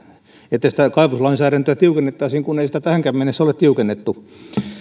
että kaivoslainsäädäntöä tiukennettaisiin kun ei sitä tähänkään mennessä ole tiukennettu